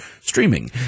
streaming